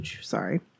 Sorry